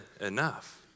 enough